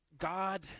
God